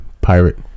Pirate